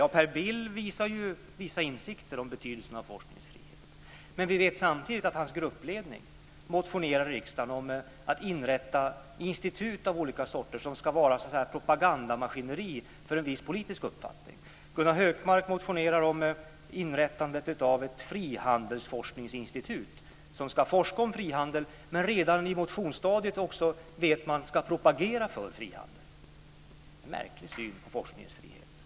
Ja, Per Bill visar ju vissa insikter om betydelsen om forskningens frihet. Men vi vet samtidigt att hans gruppledning har motionerat till riksdagen om ett inrättande av institut av olika slag som ska vara någon sorts propagandamaskineri för en viss politisk uppfattning. Gunnar Hökmark motionerar om inrättandet av ett frihandelsforskningsinstitut som ska forska om frihandel men som han redan i motionsstadiet vet ska propagera för frihandel. Det är märklig syn på forskningens frihet.